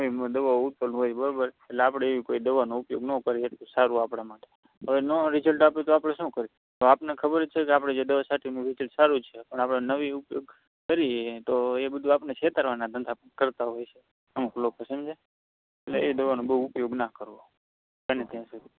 નવી દવાઓ ઉત્પન્ન હોય બરાબર એટલે આપણે એવી કોઈ દવાનો ઉપયોગ ન કરીએ એટલું સારું આપણા માટે હવે ન રીઝલ્ટ આપે તો આપણે શું કરીએ હવે આપણને ખબર જ છે કે આપણે જે દવા છાંટીએ એનું રીઝલ્ટ સારું છે પણ આપણે નવીનો ઉપયોગ કરીએ તો એ બધું આપણને છેતરવાનાં ધંધા કરતા હોય છે અમુક લોકો સમજ્યા એટલે એ દવાનો બહુ ઉપયોગ ના કરવો બને ત્યાં સુધી